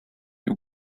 you